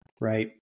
Right